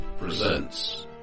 presents